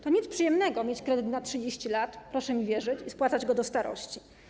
To nic przyjemnego mieć kredyt na 30 lat, proszę mi wierzyć, i spłacać go do starości.